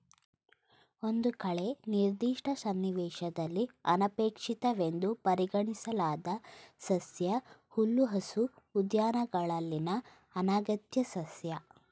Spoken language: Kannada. ಒಂದು ಕಳೆ ನಿರ್ದಿಷ್ಟ ಸನ್ನಿವೇಶದಲ್ಲಿ ಅನಪೇಕ್ಷಿತವೆಂದು ಪರಿಗಣಿಸಲಾದ ಸಸ್ಯ ಹುಲ್ಲುಹಾಸು ಉದ್ಯಾನಗಳಲ್ಲಿನ ಅನಗತ್ಯ ಸಸ್ಯ